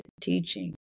teaching